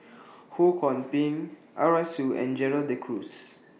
Ho Kwon Ping Arasu and Gerald De Cruz